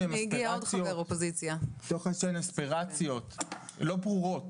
מתוך אספירציות לא ברורות,